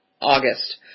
August